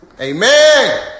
Amen